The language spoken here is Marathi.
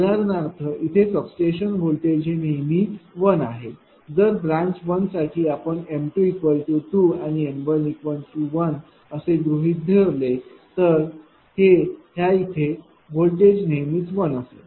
उदाहरणार्थ इथे सबस्टेशन व्होल्टेज हे नेहमी 1 आहे जर ब्रांच 1 साठी आपण m2 2 आणि m1 1 असे गृहीत धरले तर हे ह्या इथे व्होल्टेज नेहमीच 1 असेल